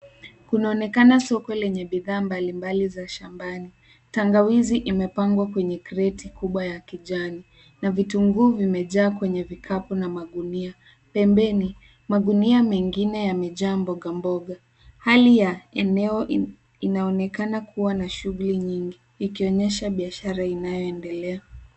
Kunaonekana soko lenye bidhaa mbalimbali za shambani. Tangawizi imepangwa kwenye kreti kubwa ya kijani na vitunguu vimejaa kwenye vikapu na magunia. Pembeni, magunia mengine yamejaa mboga mboga. Hali ya eneo inaonekana kuwa na shughuli nyingi, ikionyesha biashara inayoendelea.